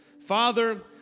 Father